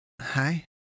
Hi